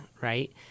Right